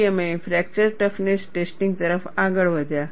પછી અમે fracture toughness testing તરફ આગળ વધ્યા